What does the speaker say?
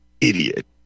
idiot